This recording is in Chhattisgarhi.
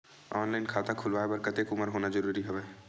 ऑनलाइन खाता खुलवाय बर कतेक उमर होना जरूरी हवय?